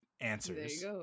answers